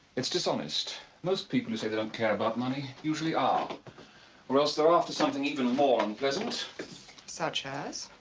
it's dishonest. most people who say they don't care about money usually are or else they're after something even more unpleasant. such as?